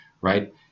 Right